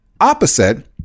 opposite